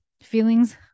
feelings